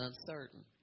uncertain